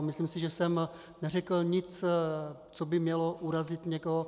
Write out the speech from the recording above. Myslím si, že jsem neřekl nic, co by mělo urazit někoho.